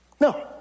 no